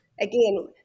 Again